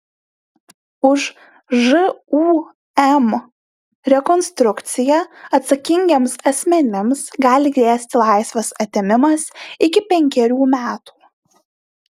už žūm rekonstrukciją atsakingiems asmenims gali grėsti laisvės atėmimas iki penkerių metų